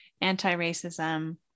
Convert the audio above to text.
anti-racism